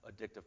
addictive